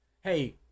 Hey –